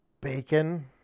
Bacon